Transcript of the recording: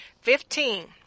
Fifteen